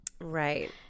Right